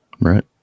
Right